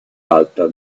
alta